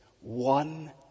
one